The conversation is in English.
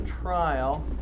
trial